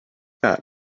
that